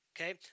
okay